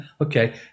Okay